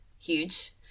huge